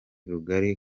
rugari